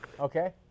Okay